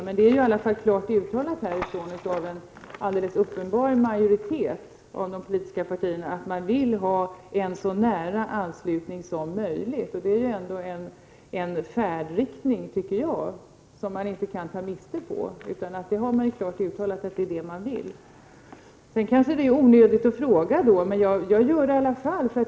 Men det är i alla fall klart uttalat från en majoritet av de politiska partierna att man vill ha en så nära anslutning som möjligt. Det är en färdriktning som inte går att ta miste på. Man har klart uttalat att det är det man vill. Det kanske är onödigt att fråga, men jag gör det i alla fall.